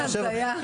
הזיה.